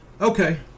Okay